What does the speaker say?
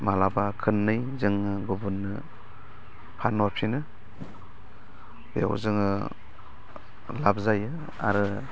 माब्लाबा खननै जों गुबुननो फानहरफिनो बेव जोङो लाब जायो आरो